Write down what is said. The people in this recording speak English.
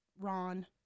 Ron